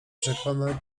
przekonać